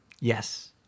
Yes